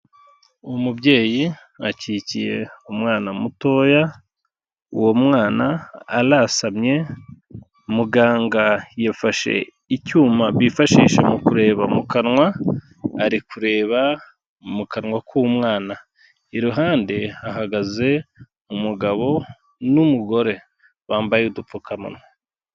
Umubyeyi akikiye umwana mutoya, uwo mwana anasamye, muganga yafashe icyuma bifashisha mu kureba mu kanwa, ari kureba mu kanwa k'umwana. Iruhande hahagaze umugabo n'umugore, bambaye udupfukamunwa.